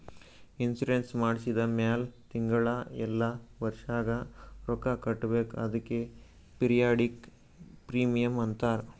insurance ಮಾಡ್ಸಿದ ಮ್ಯಾಲ್ ತಿಂಗಳಾ ಇಲ್ಲ ವರ್ಷಿಗ ರೊಕ್ಕಾ ಕಟ್ಬೇಕ್ ಅದ್ಕೆ ಪಿರಿಯಾಡಿಕ್ ಪ್ರೀಮಿಯಂ ಅಂತಾರ್